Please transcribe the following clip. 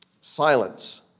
Silence